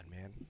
man